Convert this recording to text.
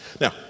Now